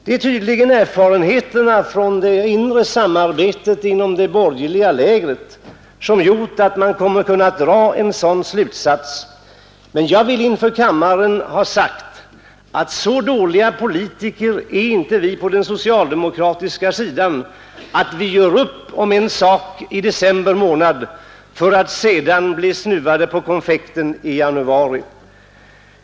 Det är tydligen erfarenheterna från det inre samarbetet inom det borgerliga lägret som gjort att man har kunnat dra en sådan slutsats, men jag vill inför kammaren ha sagt, att så dåliga politiker är inte vi på den socialdemokratiska sidan att vi gör upp om en sak i december månad för att sedan bli ”snuvade” på konfekten i januari.